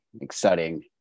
exciting